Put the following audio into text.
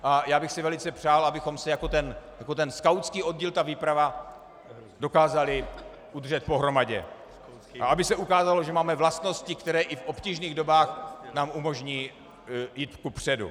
A já bych si velice přál, abychom se jako ten skautský oddíl, ta výprava, dokázali udržet pohromadě a aby se ukázalo, že máme vlastnosti, které i v obtížných dobách nám umožní jít kupředu.